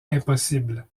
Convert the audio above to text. impossible